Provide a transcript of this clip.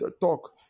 talk